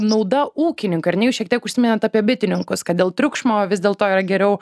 nauda ūkininkui ar ne jūs šiek tiek užsiminėt apie bitininkus kad dėl triukšmo vis dėl to yra geriau